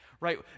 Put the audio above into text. right